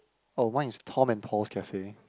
oh mine is Tom and Paul's Cafe